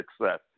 success